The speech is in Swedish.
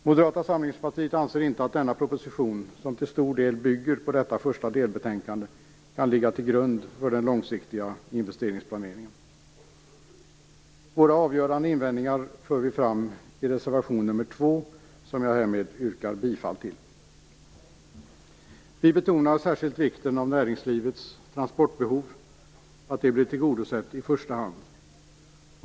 Moderata samlingspartiet anser inte att den här propositionen, som till stor del bygger på detta första delbetänkande, kan ligga till grund för den långsiktiga investeringsplaneringen. Våra avgörande invändningar för vi fram i reservation nr 2, som jag härmed yrkar bifall till. Vi betonar särskilt vikten av att näringslivets transportbehov blir tillgodosett i första hand.